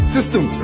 System